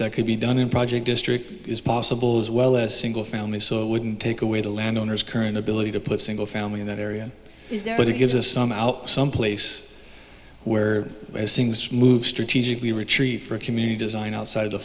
second be done in project district is possible as well as single family so it wouldn't take away the landowners current ability to put single family in that area but it gives us some out some place where as things move strategically retreat for community design outside